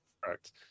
correct